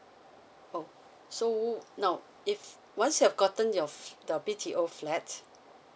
oh so now if once you've gotten your f~ the B_T_O flat